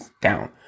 down